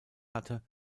hatte